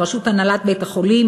בראשות הנהלת בית-החולים,